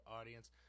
audience